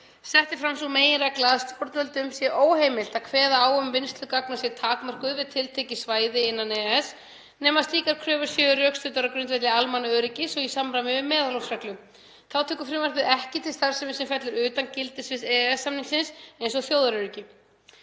Sett er fram sú meginregla að stjórnvöldum sé óheimilt að kveða á um að vinnsla gagna sé takmörkuð við tiltekið svæði innan EES nema slíkar kröfur séu rökstuddar á grundvelli almannaöryggis og í samræmi við meðalhófsreglu. Þá tekur frumvarpið ekki til starfsemi sem fellur utan gildissviðs EES-samningsins eins og þjóðaröryggis.